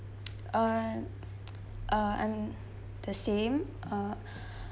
uh uh um the same uh